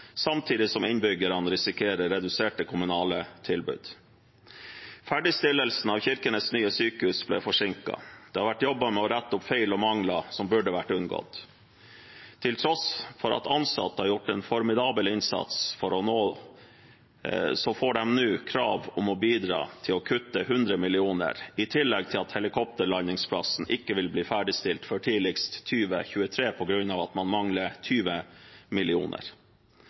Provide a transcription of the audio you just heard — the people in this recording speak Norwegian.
samtidig som innbyggerne risikerer reduserte kommunale tilbud. Ferdigstillelsen av nye Kirkenes sykehus ble forsinket. Det har vært jobbet med å rette opp feil og mangler som burde vært unngått. Til tross for at ansatte har gjort en formidabel innsats, får de nå krav om å bidra til å kutte 100 mill. kr, i tillegg til at helikopterlandingsplassen ikke vil bli ferdigstilt før tidligst 2023 på grunn av at man mangler 20